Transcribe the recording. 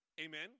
Amen